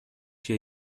hier